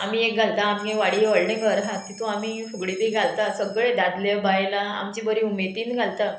आमी एक घालता आमगे वाडी व्हडलें घर आहा तितूंत आमी फुगडी ती घालता सगळे दादले बायलां आमची बरी उमेदीन घालता